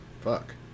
Fuck